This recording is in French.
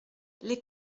les